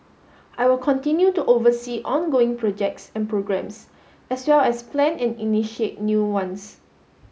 I will continue to oversee ongoing projects and programs as well as plan and initiate new ones